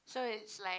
so it's like